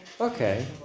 Okay